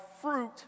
fruit